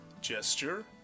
gesture